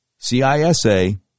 CISA